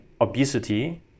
obesity